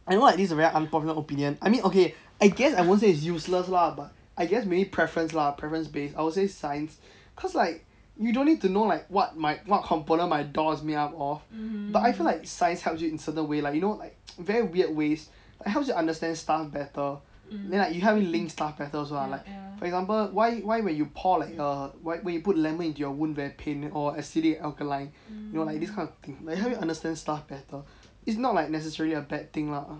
I know this is like a very unpopular opinion I mean okay I guess I won't say it's useless lah but I guess maybe preference lah preference base I will say science cause like you don't need to know like what my what components my door is made up of but I feel like science helps you in certain way like you know like very weird ways it helps you understand stuff better then like it help you link stuff better also lah like for example why why when you pour like err when you put lemon into your wound very pain or acidic alkaline you know like this kind of thing like it help you understand stuff better it's not like necessarily a bad thing lah